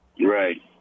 Right